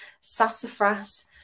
sassafras